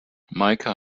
meike